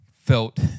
felt